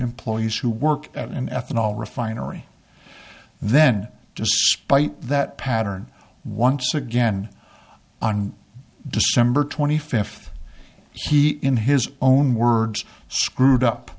employees who work at an ethanol refinery then just by that pattern once again on december twenty fifth he in his own words screwed up